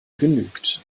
genügt